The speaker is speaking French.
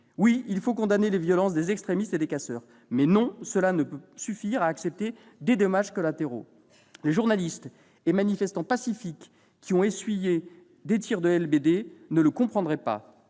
Oui, il faut condamner les violences des extrémistes et des casseurs ! Mais non, cela ne peut suffire à accepter des dommages collatéraux ! Les journalistes et manifestants pacifiques qui ont essuyé des tirs de LBD ne le comprendraient pas.